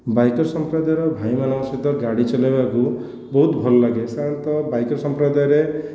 ବାଇକର ସମ୍ପ୍ରଦାୟର ଭାଇମାନଙ୍କ ସହିତ ଗାଡ଼ି ଚଲାଇବାକୁ ବହୁତ ଭଲ ଲାଗେ ସାଧାରଣତଃ ବାଇକର ସଂପ୍ରଦାୟରେ